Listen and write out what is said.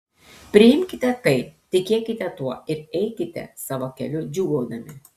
priimkite tai tikėkite tuo ir eikite savo keliu džiūgaudami